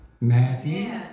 Matthew